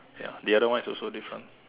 ya the other one is also different